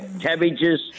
cabbages